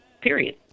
Period